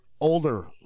older